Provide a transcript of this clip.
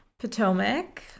Potomac